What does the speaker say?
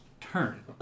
turn